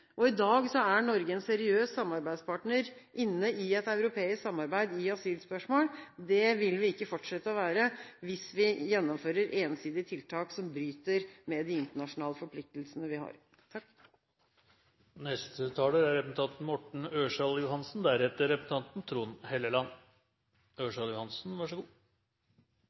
forpliktelser. I dag er Norge en seriøs samarbeidspartner i et europeisk samarbeid om asylspørsmål. Det vil vi ikke fortsette å være hvis vi gjennomfører ensidige tiltak som bryter med de internasjonale forpliktelsene vi har. Fremskrittspartiet er